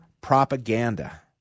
propaganda